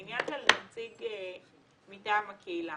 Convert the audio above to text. לעניין של נציג מטעם הקהילה,